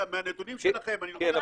לא,